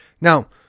Now